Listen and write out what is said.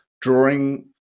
drawing